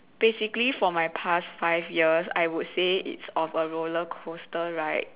basically for my past five years I would say it's of a roller coaster ride